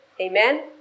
Amen